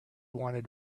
wanted